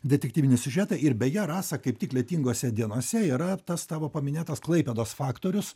detektyvinį siužetą ir beje rasa kaip tik lietingose dienose yra tas tavo paminėtas klaipėdos faktorius